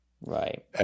right